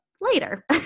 later